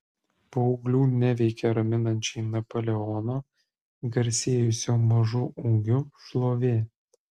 paauglių neveikia raminančiai napoleono garsėjusio mažu ūgiu šlovė